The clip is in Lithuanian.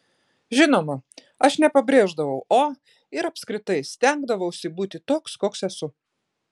žinoma aš nepabrėždavau o ir apskritai stengdavausi būti toks koks esu